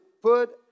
put